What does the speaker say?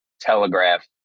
telegraph